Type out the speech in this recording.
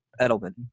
Edelman